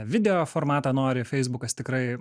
video formatą nori feisbukas tikrai